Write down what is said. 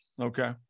Okay